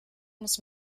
muss